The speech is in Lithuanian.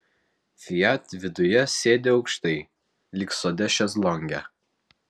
fiat viduje sėdi aukštai lyg sode šezlonge